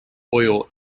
oil